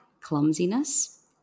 clumsiness